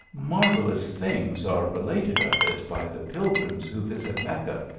marvellous things are related of it by the pilgrims who visit mecca,